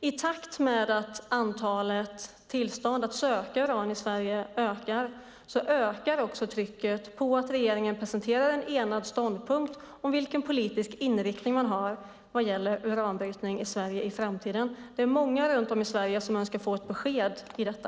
I takt med att antalet tillstånd att söka uran i Sverige ökar blir det också ett ökat tryck på regeringen att presentera en enad ståndpunkt om vilken politisk inriktning man ska ha vad gäller framtida uranbrytning i Sverige. Det är många runt om i Sverige som önskar få ett besked om detta.